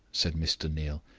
said mr. neal.